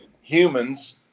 humans